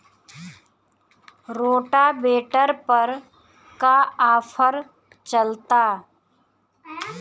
Rotavator पर का offer चलता?